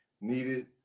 Needed